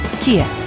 Kia